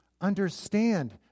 understand